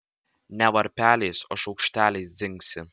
ne varpeliais o šaukšteliais dzingsi